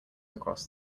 across